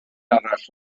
arall